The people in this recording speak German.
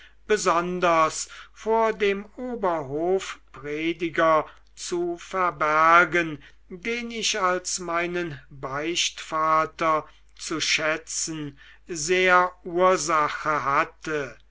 besonders vor dem oberhofprediger zu verbergen den ich als meinen beichtvater zu schätzen sehr ursache hatte